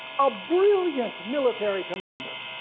a brilliant military commander,